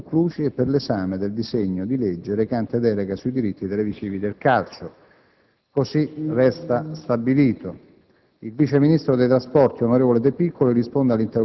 per il seguito di argomenti non conclusi e per l'esame del disegno di legge recante delega sui diritti televisivi del calcio. **Programma dei